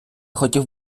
хотів